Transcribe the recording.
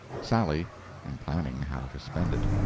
sally in planning how to spend it.